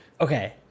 Okay